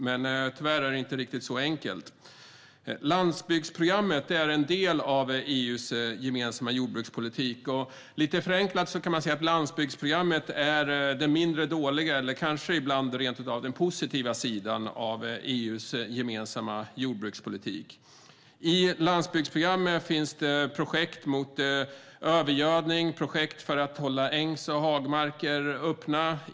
Men tyvärr är det inte riktigt så enkelt. Landsbygdsprogrammet är en del av EU:s gemensamma jordbrukspolitik. Lite förenklat kan man säga att landsbygdsprogrammet är den mindre dåliga eller kanske ibland rent av den positiva sidan av EU:s gemensamma jordbrukspolitik. I landsbygdsprogrammet finns det projekt mot övergödning och projekt för att hålla ängs och hagmarker öppna.